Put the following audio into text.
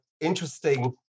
interesting